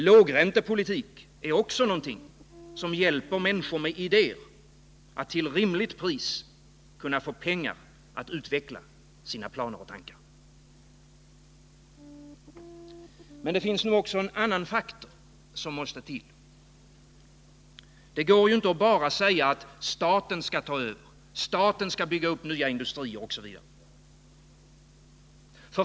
Lågräntepolitik är också någonting som hjälper människor med idéer att till rimligt pris få pengar att utveckla sina planer och tankar. Men det finns också en annan faktor som måste till. Det går inte att bara säga att staten skall ta över och att staten skall bygga nya industrier osv.